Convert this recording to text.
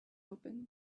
opened